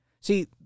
See